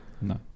No